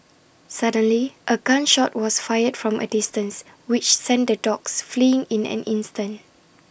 suddenly A gun shot was fired from A distance which sent the dogs fleeing in an instant